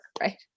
Right